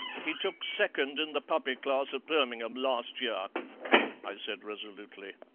he took second in the puppy class at birmingham last year i said resolutely.